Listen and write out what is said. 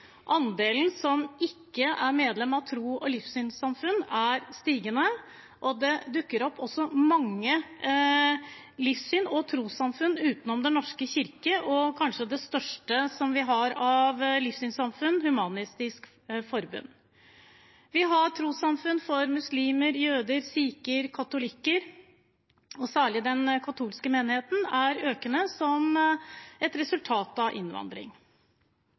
Andelen som ikke er medlem av tros- og livssynssamfunn, er stigende, og det dukker også opp mange livssyns- og trossamfunn utenom Den norske kirke og det kanskje største vi har av livssynssamfunn: Human-Etisk Forbund. Vi har trossamfunn for muslimer, jøder, sikher og katolikker, og særlig den katolske menigheten er økende som et resultat av innvandring.